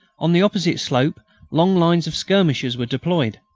on the opposite slope long lines of skirmishers were deployed.